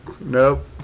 nope